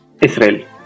Israel